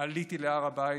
עליתי להר הבית,